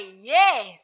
yes